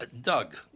Doug